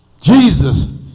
Jesus